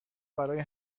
برای